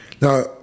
Now